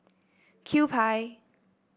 Kewpie